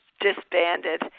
disbanded